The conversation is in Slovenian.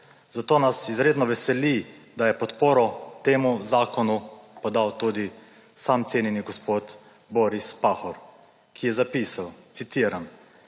Zato nas izredno veseli, da je podporo temu zakonu podal tudi sam cenjeni gospod Boris Pahor, ki je zapisal, citiram: